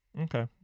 Okay